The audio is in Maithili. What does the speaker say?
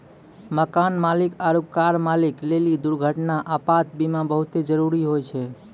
मकान मालिक आरु कार मालिक लेली दुर्घटना, आपात बीमा बहुते जरुरी होय छै